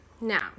Now